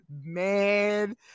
man